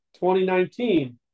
2019